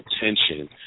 attention